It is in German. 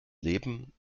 leben